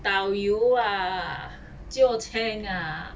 导游 ah jiucang ah